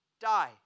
die